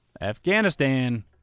Afghanistan